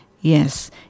Yes